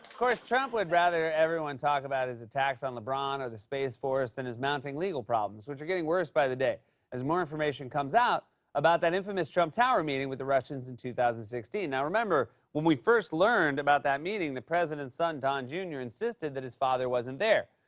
course, trump would rather everyone talk about his attacks on lebron or the space force and his mounting legal problems, which are getting worse by the day as more information comes out about that infamous trump tower meeting with the russians in two thousand and sixteen. now remember, when we first learned about that meeting, the president's son, don jr, insisted that his father wasn't there.